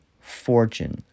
fortune